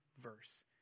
verse